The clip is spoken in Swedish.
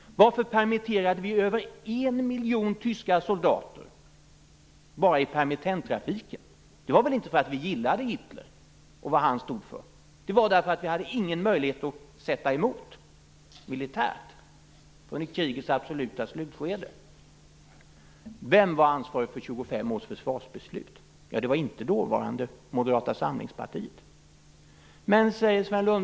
Varför släppte vi igenom över en miljon tyska soldater bara i permittenttrafiken? Det var väl inte därför att vi gillade Hitler och vad han stod för, utan det var därför att vi inte hade någon möjlighet att sätta oss emot militärt under krigets absoluta slutskede. Vem var ansvarig för 25 års försvarsbeslut? Ja, det var inte Moderata samlingspartiets dåvarande motsvarighet.